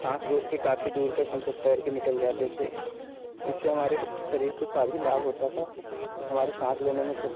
सांस रोक के काफी दूर तक हम सब तैर के निकल जाते थे इससे हमारे शरीर को काफी लाभ होता था हमारे सांस लेने में